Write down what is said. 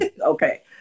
Okay